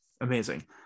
Amazing